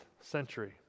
century